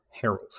Harold